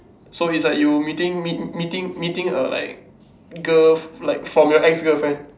so is like you meeting meet~ meeting meeting a like girl like from your ex girlfriend